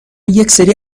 یکسری